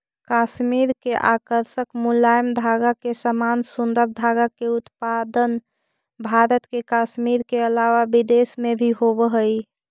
कश्मीर के आकर्षक मुलायम धागा के समान सुन्दर धागा के उत्पादन भारत के कश्मीर के अलावा विदेश में भी होवऽ हई